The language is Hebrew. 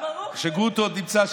כשגרוטו עוד נמצא,